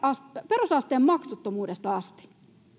perusasteen maksuttomuudesta asti